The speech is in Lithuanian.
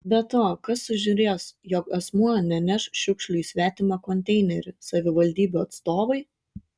be to kas sužiūrės jog asmuo neneš šiukšlių į svetimą konteinerį savivaldybių atstovai